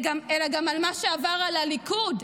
אלא גם מה שעבר על הליכוד.